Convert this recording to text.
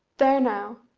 there now,